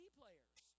players